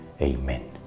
Amen